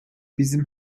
bizim